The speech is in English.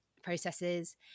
processes